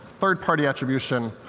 third-party attribution,